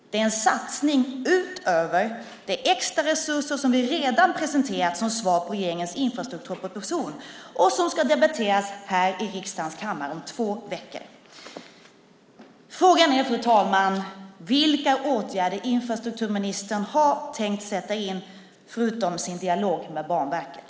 Det är en satsning utöver de extra resurser som vi redan presenterat som svar på regeringens infrastrukturproposition och som ska debatteras här i riksdagens kammare om två veckor. Frågan är, fru talman, vilka åtgärder infrastrukturministern har tänkt sätta in - förutom sin dialog med Banverket.